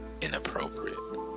inappropriate